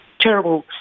terrible